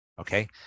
okay